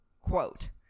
Quote